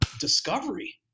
discovery